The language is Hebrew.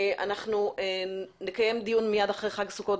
אנחנו נקיים דיון נוסף מיד אחרי חג סוכות.